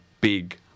big